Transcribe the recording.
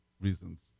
reasons